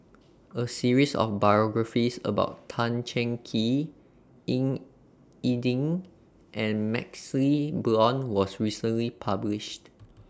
A series of biographies about Tan Cheng Kee Ying E Ding and MaxLe Blond was recently published